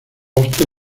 usted